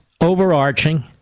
overarching